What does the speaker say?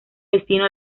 destino